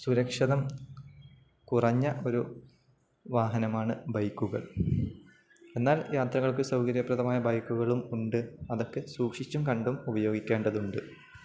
സുരക്ഷിതം കുറഞ്ഞ ഒരു വാഹനമാണ് ബൈക്കുകൾ എന്നാൽ യാത്രകൾക്കു സൗകര്യപ്രദമായ ബൈക്കുകളും ഉണ്ട് അതൊക്കെ സൂക്ഷിച്ചും കണ്ടും ഉപയോഗിക്കേണ്ടതുണ്ട്